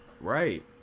Right